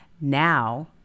Now